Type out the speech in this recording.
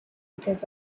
because